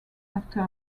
after